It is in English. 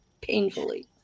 painfully